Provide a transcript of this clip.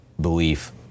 belief